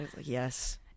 Yes